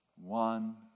one